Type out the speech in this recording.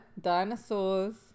Dinosaurs